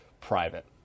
private